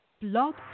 Blog